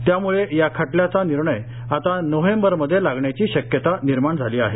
त्याम्ळे या खटल्याचा निर्णय आता नोव्हेंबरमध्ये लागण्याची शक्यता निर्माण झाली आहे